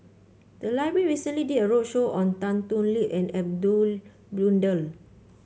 the library recently did a roadshow on Tan Thoon Lip and Edmund Blundell